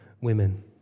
women